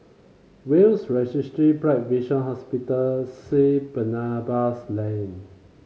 Will's Registry Bright Vision Hospital Saint Barnabas Lane